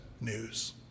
news